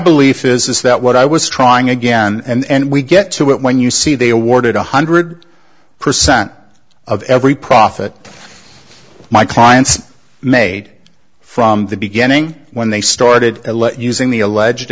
belief is is that what i was trying again and we get to it when you see they awarded one hundred percent of every profit my clients made from the beginning when they started using the alleged